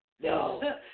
No